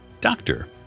Doctor